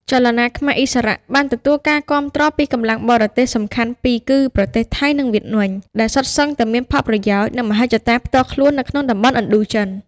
ចលនាខ្មែរឥស្សរៈ បានទទួលការគាំទ្រពីកម្លាំងបរទេសសំខាន់ពីរ គឺប្រទេសថៃ និងវៀតមិញ ដែលសុទ្ធសឹងតែមានផលប្រយោជន៍ និងមហិច្ឆតាផ្ទាល់ខ្លួននៅក្នុងតំបន់ឥណ្ឌូចិន។